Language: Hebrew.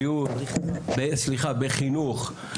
בחינוך,